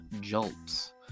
Jolts